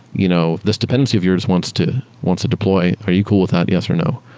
you know this dependency of yours wants to wants to deploy. are you cool with that? yes, or no.